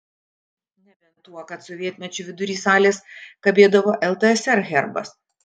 nebent tuo kad sovietmečiu vidury salės kabėdavo ltsr herbas